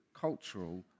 cultural